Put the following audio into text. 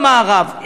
במערב,